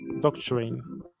doctrine